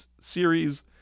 Series